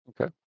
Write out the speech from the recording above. Okay